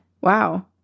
Wow